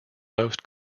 most